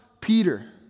Peter